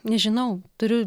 nežinau turiu